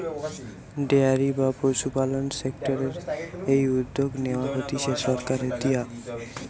dairy বা পশুপালন সেক্টরের এই উদ্যগ নেয়া হতিছে সরকারের দিয়া